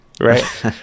Right